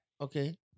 Okay